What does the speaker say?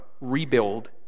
rebuild